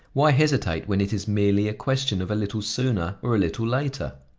why hesitate when it is merely a question of a little sooner or a little later?